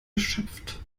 erschöpft